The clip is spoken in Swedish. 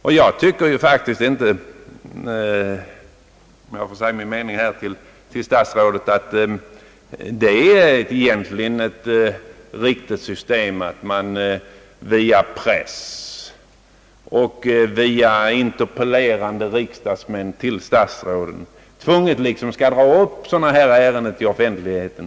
Om jag får säga min mening till statsrådet, så tycker jag faktiskt inte att det är riktigt att man skall vara tvungen att via press och via interpellerande riksdagsmän dra upp sådana här ärenden till offentligheten.